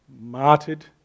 martyred